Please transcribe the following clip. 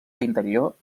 l’interior